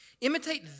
Imitate